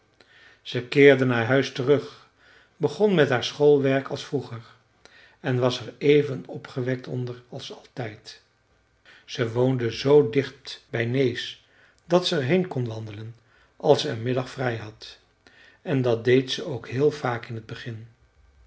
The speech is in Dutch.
ze keerde naar huis terug begon met haar schoolwerk als vroeger en was er even opgewekt onder als altijd ze woonde zoo dicht bij nääs dat ze er heen kon wandelen als ze een middag vrij had en dat deed ze ook heel vaak in t begin